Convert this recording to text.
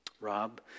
Rob